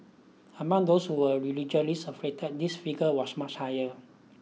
among those who were religiously affiliated this figure was much higher